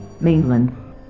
Mainland